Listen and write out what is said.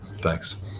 Thanks